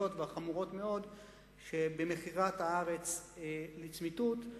והחמורות מאוד שבמכירת הארץ לצמיתות.